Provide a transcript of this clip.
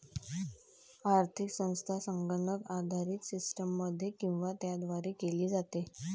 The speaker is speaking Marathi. आर्थिक संस्था संगणक आधारित सिस्टममध्ये किंवा त्याद्वारे केली जाते